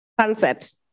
sunset